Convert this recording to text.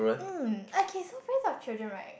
mmm okay so friends of children right